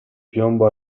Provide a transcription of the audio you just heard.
piombo